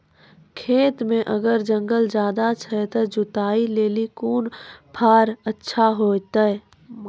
खेत मे अगर जंगल ज्यादा छै ते जुताई लेली कोंन फार अच्छा होइतै?